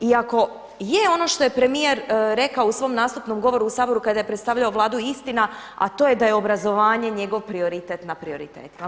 I ako je ono što je premijer rekao u svom nastupnom govoru u Saboru kada je predstavljao Vladu istina a to je da je obrazovanje njegov prioritet nad prioritetima.